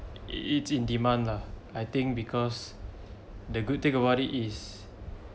it's in demand lah I think because the good thing about it is